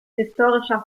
historischer